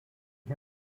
فیه